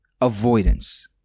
avoidance